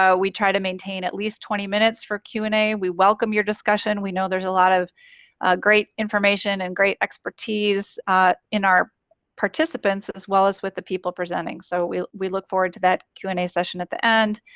we try to maintain at least twenty minutes for q and a. we welcome your discussion as we know there's a lot of great information and great expertise in our participants as well as with the people presenting so we we look forward to that q and a session at the end.